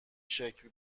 شکل